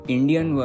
Indian